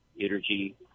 energy